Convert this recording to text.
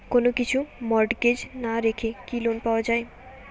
কোন কিছু মর্টগেজ না রেখে কি লোন পাওয়া য়ায়?